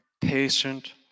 Patient